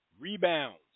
Rebounds